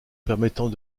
permettant